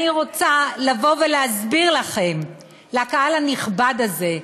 אני רוצה לבוא ולהסביר לכם, לקהל הנכבד הזה,